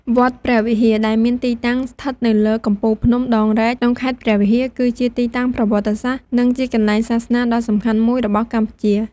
វត្តព្រះវិហារ ដែលមានទីតាំងស្ថិតនៅលើកំពូលភ្នំដងរែក ក្នុងខេត្តព្រះវិហារ គឺជាទីតាំងប្រវត្តិសាស្ត្រ និងជាកន្លែងសាសនាដ៏សំខាន់មួយរបស់កម្ពុជា។